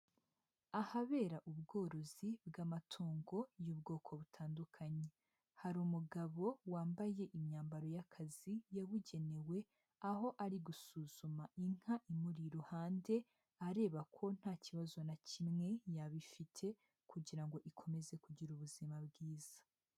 Ahabera ubworozi bw'amatungo y'ubwoko butandukanye, hari umugabo wambaye imyambaro y'akazi yabugenewe aho ari gusuzuma inka imuri iruhande areba ko nta kibazo na kimwe yaba ifite kugira ngo ikomeze kugira ubuzima bwiza.